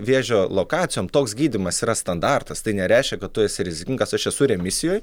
vėžio lokacijom toks gydymas yra standartas tai nereiškia kad tu esi rizikingas aš esu remisijoj